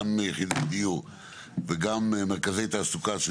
גם יחידות דיור וגם מרכזי תעסוקה של